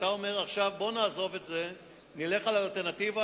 אתה אומר עכשיו: בוא נעזוב את זה ונלך על האלטרנטיבה